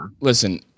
listen –